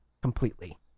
completely